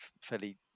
fairly